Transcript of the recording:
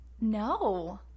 No